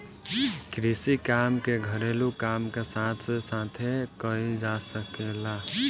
कृषि काम के घरेलू काम के साथे साथे कईल जा सकेला